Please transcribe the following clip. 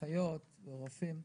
אחיות ורופאים.